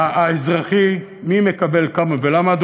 האזרחי: מי מקבל כמה ולמה,